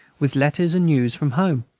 with letters and news from home.